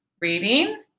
reading